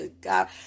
God